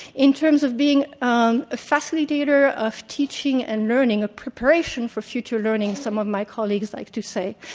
in terms of being um a facilitator of teaching and learning of preparation for future learning, some of my colleagues like to say.